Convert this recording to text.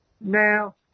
Now